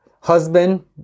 husband